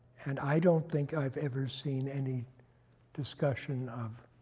and i don't think i've ever seen any discussion of